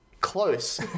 Close